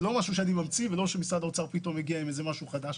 זה לא משהו שאני ממציא וזה לא שמשרד האוצר מגיע עם משהו חדש.